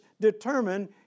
determine